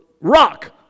rock